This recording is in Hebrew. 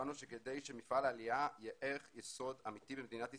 הבנו שכדאי שמפעל העלייה יהיה ערך יסוד אמיתי במדינת ישראל,